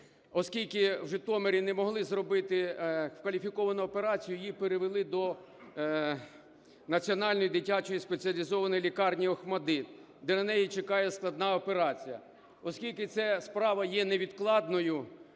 Оскільки в Житомирі не могли зробити кваліфіковану операцію, її перевели до Національної дитячої спеціалізованої лікарні "ОХМАТДИТ", де на неї чекає складна операція. Оскільки це справа є невідкладною,